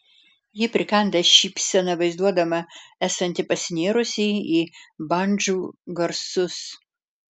ji prikanda šypseną vaizduodama esanti pasinėrusi į bandžų garsus